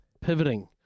pivoting